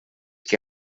que